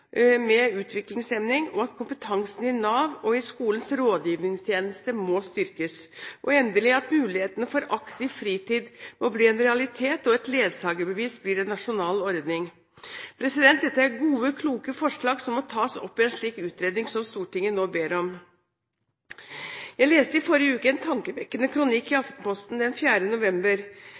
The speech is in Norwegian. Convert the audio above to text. med utviklingshemning, og at kompetansen i Nav og i skolens rådgivningstjeneste må styrkes. Endelig foreslo de at muligheten for aktiv fritid må bli en realitet, og at ledsagerbevis blir en nasjonal ordning. Dette er gode og kloke forslag som må tas opp i en slik utredning som Stortinget nå ber om. Jeg leste i forrige uke en tankevekkende kronikk i Aftenposten;